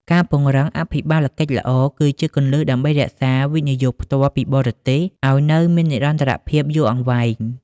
ការពង្រឹង "អភិបាលកិច្ចល្អ" គឺជាគន្លឹះដើម្បីរក្សា វិនិយោគផ្ទាល់ពីបរទេស ឱ្យនៅមាននិរន្តរភាពយូរអង្វែង។